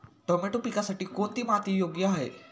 Tomato पिकासाठी कोणती माती योग्य आहे?